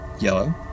yellow